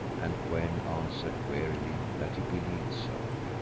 and kou-en answered wearily that he believed so.